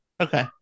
okay